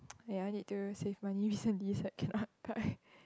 ya I need to save money recently so I cannot buy